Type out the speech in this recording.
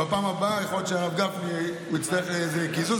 בפעם הבאה יכול להיות שהרב גפני יצטרך קיזוז,